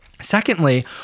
Secondly